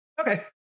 Okay